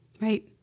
Right